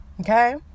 okay